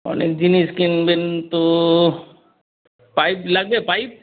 অনেক জিনিস কিনবেন তো পাইপ লাগবে পাইপ